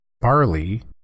barley